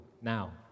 now